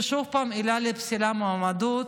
זו שוב פעם עילה לפסילת מועמדות,